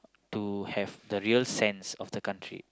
to have the real sense of the country